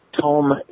Tom